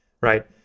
right